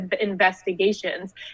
investigations